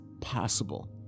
possible